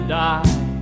die